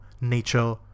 nature